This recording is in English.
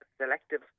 selective